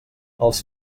els